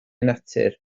natur